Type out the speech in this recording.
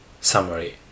Summary